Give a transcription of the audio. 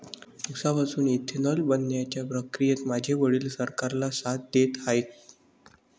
उसापासून इथेनॉल बनवण्याच्या प्रक्रियेत माझे वडील सरकारला साथ देत आहेत